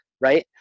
right